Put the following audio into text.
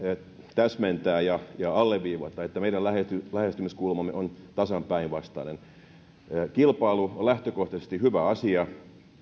täsmentää ja ja alleviivata että meidän lähestymiskulmamme on tasan päinvastainen kilpailu on lähtökohtaisesti hyvä asia